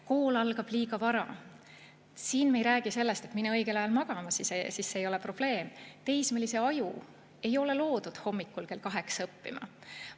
Kool algab liiga vara. Siin me ei räägi sellest, et tuleb minna õigel ajal magama. See ei ole probleem. Teismelise aju ei ole loodud hommikul kell kaheksa õppima.